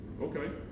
Okay